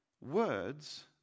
words